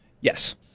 Yes